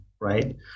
Right